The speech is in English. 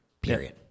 period